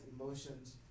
emotions